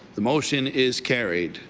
the motion is carried.